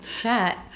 chat